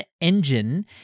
Engine